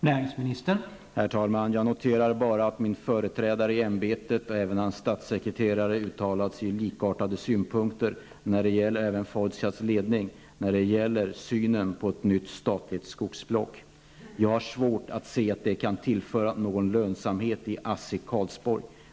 Herr talman! Jag noterar bara att min företrädare i ämbetet och även hans statssekreterare har uttalat likartade synpunkter när det gäller Fortias ledning och synen på ett nytt statligt skogsblock. Jag har svårt att se att det kan tillföra någon lönsamhet till ASSI, Karlsborg.